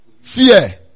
Fear